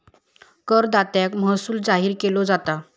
करदात्याक महसूल जाहीर केलो जाता